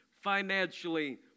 financially